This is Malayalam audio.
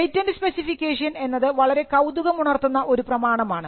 പേറ്റന്റ് സ്പെസിഫിക്കേഷൻ എന്നത് വളരെ കൌതുകമുണർത്തുന്ന ഒരു പ്രമാണമാണ്